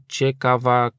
ciekawa